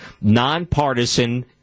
Nonpartisan